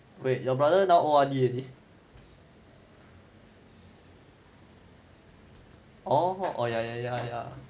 wait your brother now O_R_D already orh oh yeah yeah yeah yeah